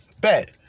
bet